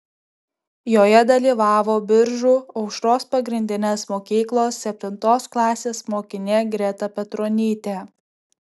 joje dalyvavo biržų aušros pagrindinės mokyklos septintos klasės mokinė greta petronytė